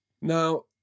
now